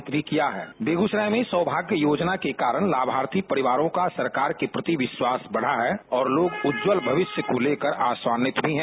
bite Kishore Kumar Singh Begusarai में सौभाग्य योजना के कारण लाभार्थी परिवारों का सरकार के प्रति विश्वास बढा है और लोग उज्ज्वल भविष्य को लेकर आशान्वित भी हैं